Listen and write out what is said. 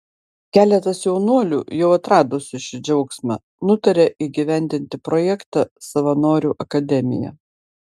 keletas jaunuolių jau atradusių šį džiaugsmą nutarė įgyvendinti projektą savanorių akademija